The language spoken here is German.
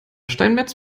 steinmetz